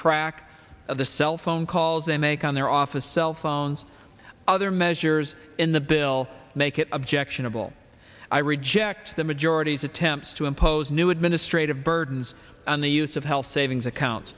track of the cell phone calls they make on their office cell phones other measures in the bill make it objectionable i reject the majority's attempts to impose new administrative burdens on the use of health savings account